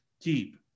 keep